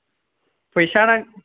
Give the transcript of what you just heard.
फैसा नां